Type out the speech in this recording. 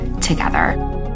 together